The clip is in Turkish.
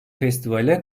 festivale